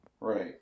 Right